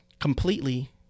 completely